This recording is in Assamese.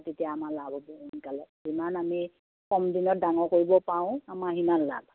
তেতিয়া আমাৰ লাভ হ'ব সোনকালে যিমান আমি কম দিনত ডাঙৰ কৰিব পাৰোঁ আমাৰ সিমান লাভ